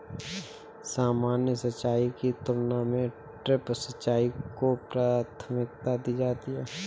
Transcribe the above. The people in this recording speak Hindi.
सामान्य सिंचाई की तुलना में ड्रिप सिंचाई को प्राथमिकता दी जाती है